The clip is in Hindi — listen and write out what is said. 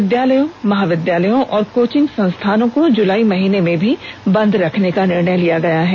विद्यालयों महाविद्यालयों और कोचिंग संस्थानों को जुलाई महीने में भी बंद रखने का निर्णय लिया गया है